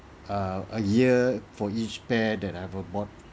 err a year for each pair that ever bought